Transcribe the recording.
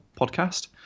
podcast